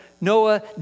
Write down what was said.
Noah